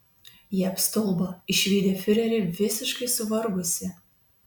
jie apstulbo išvydę fiurerį visiškai suvargusį